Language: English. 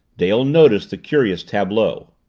dale noticed the curious tableau.